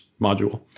module